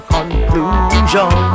Conclusion